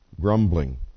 grumbling